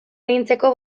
arintzeko